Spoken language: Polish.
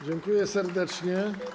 Dziękuję serdecznie.